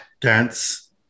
dance